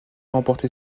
remporté